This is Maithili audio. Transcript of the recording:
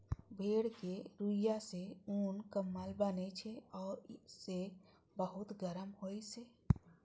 भेड़क रुइंया सं उन, कंबल बनै छै आ से बहुत गरम होइ छै